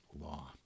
law